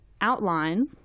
outline